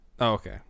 Okay